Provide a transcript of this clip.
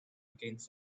against